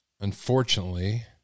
Unfortunately